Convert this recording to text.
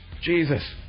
Jesus